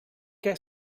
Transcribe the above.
què